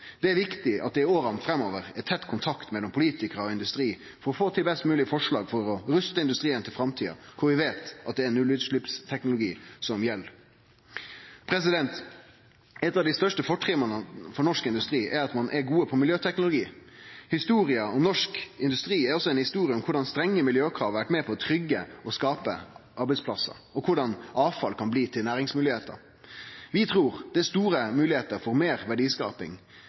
Det er viktig at det i åra framover er tett kontakt mellom politikarar og industri for å få til best moglege forslag til å ruste industrien for framtida, der vi veit at det er nullutsleppsteknologi som gjeld. Eit av dei største fortrinna for norsk industri er at ein er god på miljøteknologi. Historia om norsk industri er også ei historie om korleis strenge miljøkrav har vore med på å trygge og skape arbeidsplassar, og om korleis avfall kan bli til næringsmoglegheiter. Vi trur det er store moglegheiter for meir verdiskaping